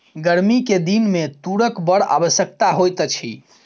गर्मी के दिन में तूरक बड़ आवश्यकता होइत अछि